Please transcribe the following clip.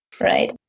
right